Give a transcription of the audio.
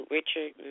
Richard